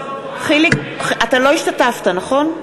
חיליק, אתה לא השתתפת, נכון?